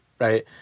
right